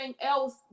else